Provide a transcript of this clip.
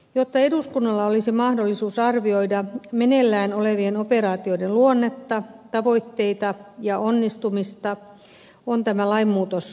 jotta eduskunnalla olisi mahdollisuus arvioida meneillään olevien operaatioiden luonnetta tavoitteita ja onnistumista on tämä lainmuutos toteutettava